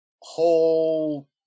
whole